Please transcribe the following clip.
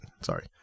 Sorry